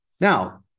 Now